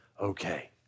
okay